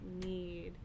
need